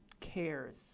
cares